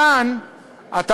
כאן אתה,